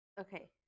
Okay